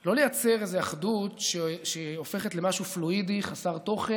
לא לייצר איזו אחדות שהופכת למשהו פלואידי חסר תוכן